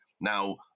Now